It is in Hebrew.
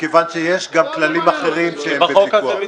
מכיוון שיש גם כללים אחרים שהם בפיקוח.